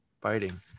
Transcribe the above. biting